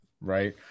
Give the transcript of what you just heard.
right